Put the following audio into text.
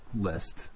list